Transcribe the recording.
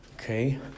Okay